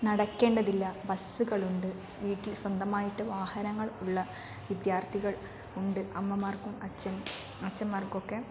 നടക്കേണ്ടതില്ല ബസുകളുണ്ട് വീട്ടിൽ സ്വന്തമായിട്ട് വാഹനങ്ങൾ ഉള്ള വിദ്യാർത്ഥികൾ ഉണ്ട് അമ്മമാർക്കും അച്ഛൻ അച്ഛൻമാർക്കൊക്കെ